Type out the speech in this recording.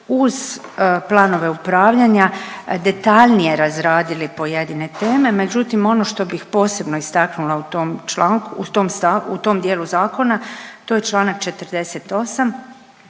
uz planove upravljanja detaljnije razradili pojedine teme, međutim, ono što bih posebno istaknula u tom članku,